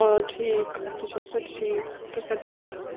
آ ٹھیٖک تُہۍ چھِو حظ ٹھیٖک تُہۍ کتہِ پٮ۪ٹھ چھِو